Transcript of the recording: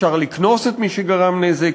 אפשר לקנוס את מי שגרם נזק.